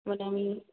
এবারে আমি